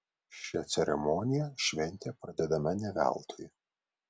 šia ceremonija šventė pradedama ne veltui